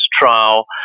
trial